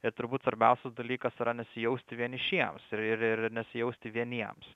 ir turbūt svarbiausias dalykas yra nesijausti vienišiems ir ir ir nesijausti vieniems